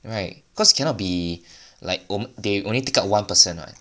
right cause cannot be like on~ they only take out one person [what]